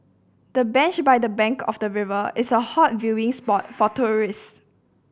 the bench by the bank of the river is a hot viewing spot for tourists